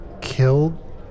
killed